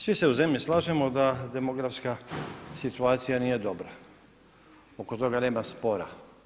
Svi se u zemlji slažemo da demografska situacija nije dobra, oko toga nema spora.